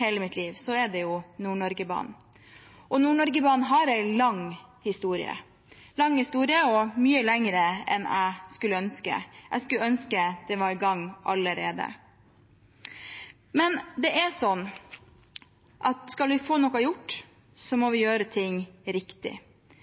hele mitt liv, er det Nord-Norge-banen. Nord-Norge-banen har en lang historie, mye lengre enn jeg skulle ønske – jeg skulle ønske det var i gang allerede. Men skal vi få noe gjort, må vi gjøre ting riktig.